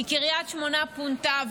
כי קריית שמונה פונתה,